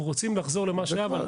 אנחנו רוצים לחזור למה שהיה.